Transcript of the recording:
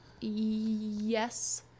Yes